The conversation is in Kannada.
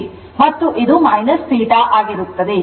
ಆದ್ದರಿಂದ ಆ ಸಂದರ್ಭದಲ್ಲಿ θ ಋಣಾತ್ಮಕವಾಗಿರುತ್ತದೆ